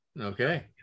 Okay